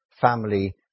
family